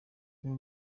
uyu